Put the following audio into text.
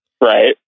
Right